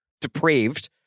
depraved